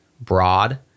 broad